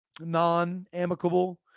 non-amicable